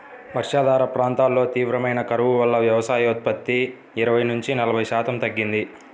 వర్షాధార ప్రాంతాల్లో తీవ్రమైన కరువు వల్ల వ్యవసాయోత్పత్తి ఇరవై నుంచి నలభై శాతం తగ్గింది